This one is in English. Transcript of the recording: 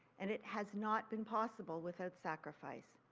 and it has not been possible without sacrifice.